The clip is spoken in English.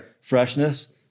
freshness